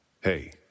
Hey